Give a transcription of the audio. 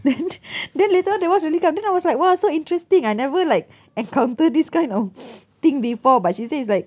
then then later the wife really come then I was like !wah! so interesting I never like encounter this kind of thing before but she say it's like